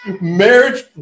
Marriage